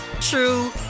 true